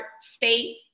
state